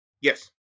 Yes